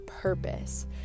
purpose